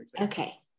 okay